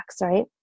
right